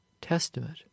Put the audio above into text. testament